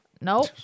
Nope